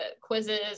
quizzes